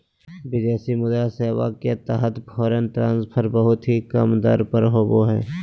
विदेशी मुद्रा सेवा के तहत फॉरेन ट्रांजक्शन बहुत ही कम दर पर होवो हय